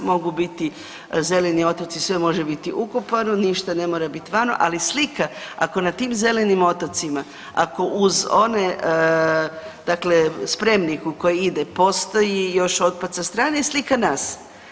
Mogu biti zeleni otoci, sve može biti ukopano, ništa ne mora biti vani, ali slika ako na tim zelenim otocima ako uz one spremnik u koji ide postoji još otpad sa strane je slika nas.